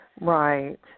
Right